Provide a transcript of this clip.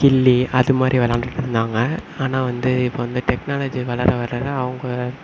கில்லி அது மாதிரி விளாண்டுட்டு இருந்தாங்க ஆனால் வந்து இப்போ வந்து டெக்னாலஜி வளர வளர அவங்க